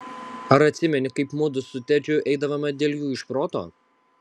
ar atsimeni kaip mudu su tedžiu eidavome dėl jų iš proto